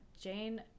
Jane